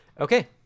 okay